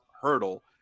Hurdle